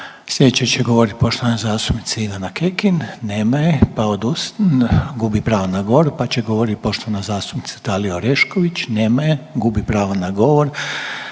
Slijedeća će govorit poštovana zastupnica Ivana Kekin, nema je, pa gubi pravo na govor, pa će govorit poštovana zastupnica Dalija Orešković, nema je, gubi pravo na govor.